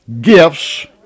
gifts